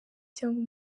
cyangwa